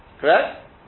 correct